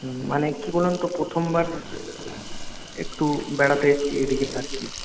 হুম মানে কি বলুন তো প্রথমবার একটু বেড়াতে এসেছি এদিকে আরকি